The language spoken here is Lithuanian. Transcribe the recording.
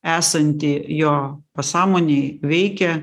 esanti jo pasąmonėj veikia